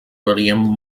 william